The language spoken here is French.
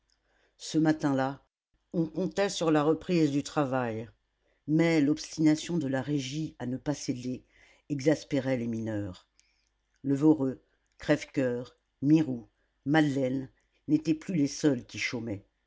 ce matin-là on comptait sur la reprise du travail mais l'obstination de la régie à ne pas céder exaspérait les mineurs le voreux crèvecoeur mirou madeleine n'étaient plus les seuls qui chômaient